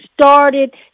started